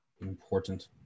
important